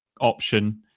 option